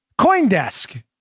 Coindesk